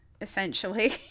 essentially